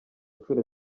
nshuro